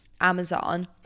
amazon